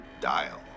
dial